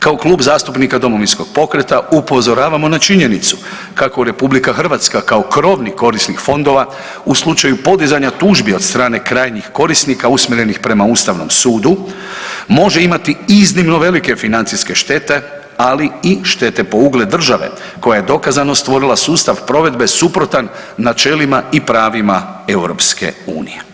Kao Klub zastupnika domovinskog pokreta upozoravamo na činjenicu kako RH kao krovni korisnik fondova u slučaju podizanja tužbi od strane krajnjih korisnika usmjerenih prema Ustavnom sudu može imati iznimno velike financijske štete, ali i štete po ugled države koja je dokazano stvorila sustav provedbe suprotan načelima i pravima EU.